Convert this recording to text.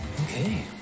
Okay